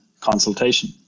consultation